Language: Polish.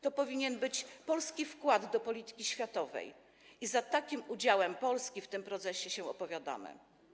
To powinien być polski wkład do polityki światowej i za takim udziałem Polski w tym procesie się opowiadamy.